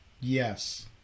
Yes